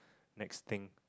next thing